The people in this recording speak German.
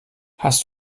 hast